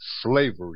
Slavery